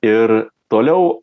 ir toliau